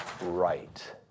right